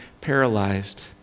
paralyzed